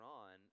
on